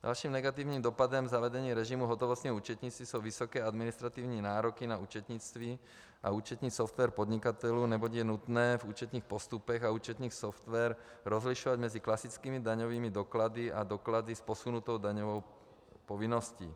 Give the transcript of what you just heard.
Dalším negativním dopadem zavedení režimu hotovostního účetnictví jsou vysoké administrativní nároky na účetnictví a účetní software podnikatelů, neboť je nutné v účetních postupech a účetních softwarech rozlišovat mezi klasickými daňovými doklady a doklady s posunutou daňovou povinností.